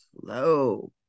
slow